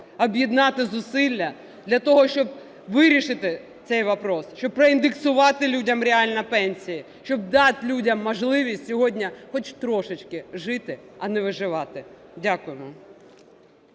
об'єднати зусилля для того, щоб вирішити цей вопрос, щоб проіндексувати людям реально пенсії, щоб дати людям можливість сьогодні хоч трошечки жити, а не виживати. Дякую